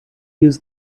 use